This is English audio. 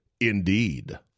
Indeed